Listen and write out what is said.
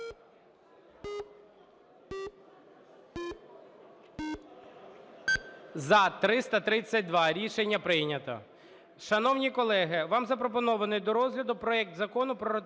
За-332 Рішення прийнято.